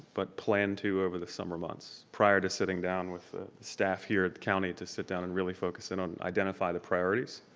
but plan to over the summer months prior to sitting down with the staff here at the county to sit down and really focus in on and identify the priorities,